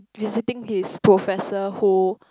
visiting his professor who